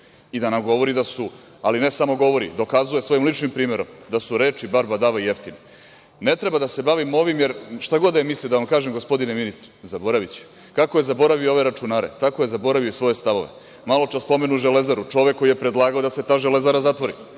i da nagovori da su, ali ne samo govori, dokazuje svojim ličnim primerom da su reči bar-badava jeftine. Ne treba da se bavimo ovim, jer šta god da je mislio, da vam kažem, gospodine ministre, zaboraviću. Kako je zaboravio ove računare, tako je zaboravio svoje stavove. Malo čas spomenu Železaru, čovek koji je predlagao da se ta Železara zatvori,